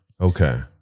Okay